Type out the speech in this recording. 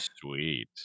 Sweet